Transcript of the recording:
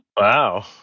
Wow